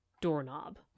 doorknob